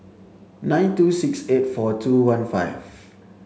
nine two six eight four two one five